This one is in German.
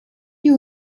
die